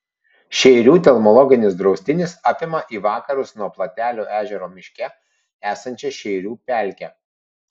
šeirių telmologinis draustinis apima į vakarus nuo platelių ežero miške esančią šeirių pelkę